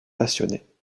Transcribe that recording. passionnés